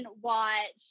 watch